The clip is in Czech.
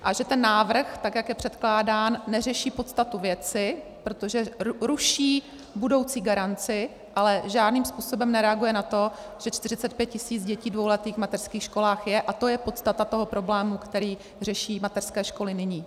A že ten návrh, tak jak je předkládán, neřeší podstatu věci, protože ruší budoucí garanci, ale žádným způsobem nereaguje na to, že 45 tisíc dětí dvouletých v mateřských školách je, a to je podstata toho problému, který řeší mateřské školy nyní.